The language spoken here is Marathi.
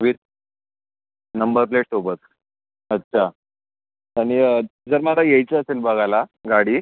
विथ नंबर प्लेटसोबत अच्छा आणि जर मला यायचे असेल बघायला गाडी